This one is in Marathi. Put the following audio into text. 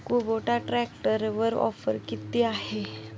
कुबोटा ट्रॅक्टरवर ऑफर किती आहे?